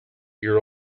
year